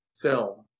film